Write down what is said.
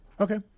Okay